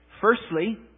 Firstly